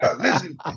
listen